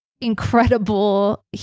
incredible